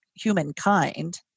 humankind